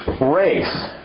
Race